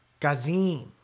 Gazim